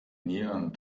nieren